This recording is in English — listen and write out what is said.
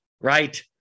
right